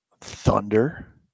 Thunder